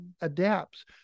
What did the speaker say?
adapts